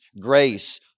grace